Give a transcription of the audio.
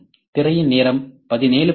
C